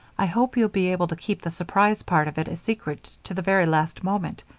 i hope you'll be able to keep the surprise part of it a secret to the very last moment.